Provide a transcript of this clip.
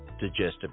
digestive